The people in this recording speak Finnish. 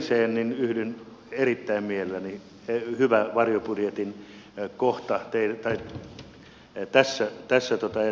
tuohon viimeiseen yhdyn erittäin mielelläni hyvä varjobudjetin kohta tässä teidän esityksessänne